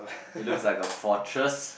it looks like a fortress